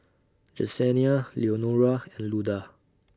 Jesenia Leonora and Luda